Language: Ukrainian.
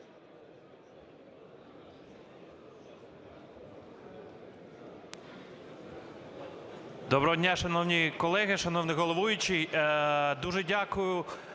Доброго дня, шановні колеги, шановний головуючий! Дуже дякую